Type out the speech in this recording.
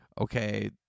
okay